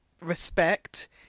Respect